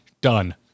done